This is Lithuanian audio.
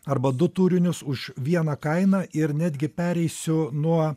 arba du turinius už vieną kainą ir netgi pereisiu nuo